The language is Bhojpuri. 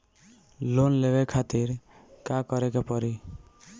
लोन लेवे खातिर का करे के पड़ी?